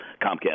Comcast